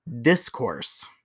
discourse